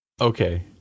okay